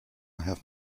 have